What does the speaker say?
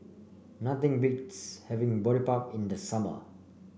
nothing beats having Boribap in the summer